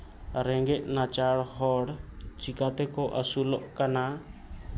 ᱨᱮᱸᱜᱮᱡ ᱱᱟᱪᱟᱨ ᱦᱚᱲ ᱪᱤᱠᱟᱹ ᱛᱮᱠᱚ ᱟᱹᱥᱩᱞᱚᱜ ᱠᱟᱱᱟ